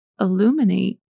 illuminate